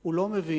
הוא לא מבין,